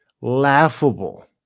Laughable